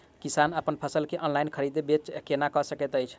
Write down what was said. किसान अप्पन फसल केँ ऑनलाइन खरीदै बेच केना कऽ सकैत अछि?